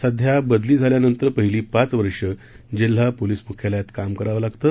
सध्या बदली झाल्यानंतर पहिली पाच वर्षे जिल्हा पोलीस मुख्यालयात काम करावं लागतं